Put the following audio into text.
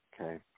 Okay